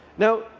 now,